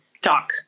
talk